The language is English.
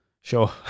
Sure